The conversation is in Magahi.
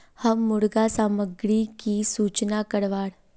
हम मुर्गा सामग्री की सूचना करवार?